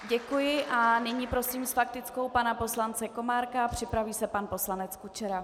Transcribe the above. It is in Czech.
Děkuji a nyní prosím s faktickou pana poslance Komárka, připraví se pan poslanec Kučera.